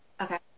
Okay